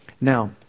Now